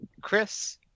Chris